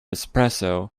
espresso